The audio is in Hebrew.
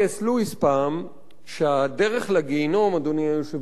לואיס פעם שהדרך לגיהינום, אדוני היושב-ראש,